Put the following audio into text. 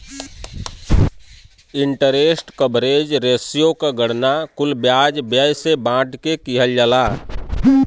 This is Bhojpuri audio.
इंटरेस्ट कवरेज रेश्यो क गणना कुल ब्याज व्यय से बांट के किहल जाला